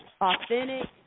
authentic